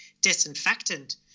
disinfectant